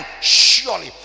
surely